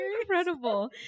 incredible